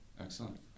Excellent